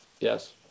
Yes